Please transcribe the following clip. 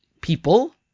People